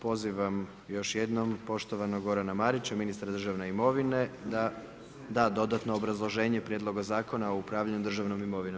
Pozivam još jednom poštovanog Gorana Marića, ministra državne imovine da da dodatno obrazloženje Prijedloga zakona o upravljanju državnom imovinom.